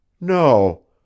No